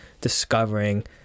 discovering